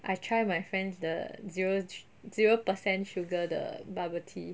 I try my friend's the zero zero percent sugar the bubble tea